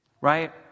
right